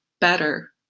better